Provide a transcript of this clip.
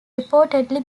reportedly